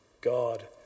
God